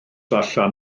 allan